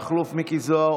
מכלוף מיקי זוהר,